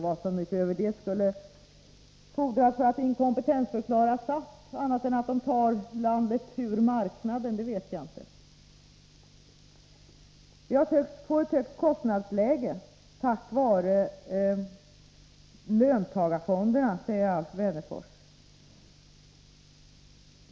Vad som skulle fordras för att inkompetensförklara SAF utöver att man förhandlar landet ut ur marknaden vet jag inte. Vi håller på att få ett högt kostnadsläge på grund av löntagarfonderna, säger Alf Wennerfors.